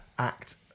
Act